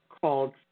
called